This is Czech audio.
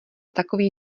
takový